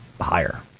higher